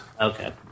Okay